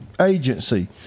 Agency